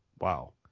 wow